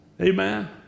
Amen